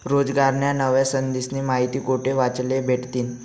रोजगारन्या नव्या संधीस्नी माहिती कोठे वाचले भेटतीन?